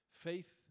Faith